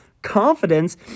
Confidence